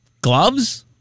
gloves